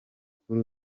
kuri